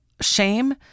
shame